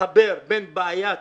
מחבר בין בעיית